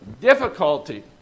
difficulty